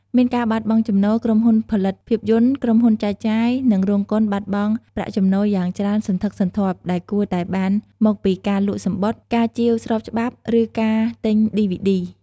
មានការបាត់បង់ចំណូល ក្រុមហ៊ុនផលិតភាពយន្ត ក្រុមហ៊ុនចែកចាយ និងរោងកុនបាត់បង់ប្រាក់ចំណូលយ៉ាងច្រើនសន្ធឹកសន្ធាប់ដែលគួរតែបានមកពីការលក់សំបុត្រ ការជាវស្របច្បាប់ ឬការទិញឌីវីឌី។